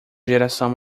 geração